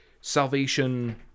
Salvation